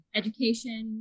education